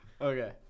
okay